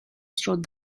strode